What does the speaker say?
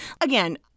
again